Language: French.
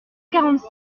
quarante